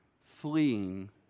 Fleeing